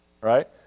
Right